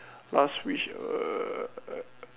last wish err